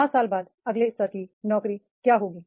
5 साल बाद अगले स्तर की नौकरी क्या होगी